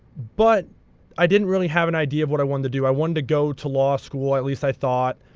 but i didn't really have an idea of what i wanted to do. i wanted to go to law school, at least i thought.